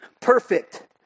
perfect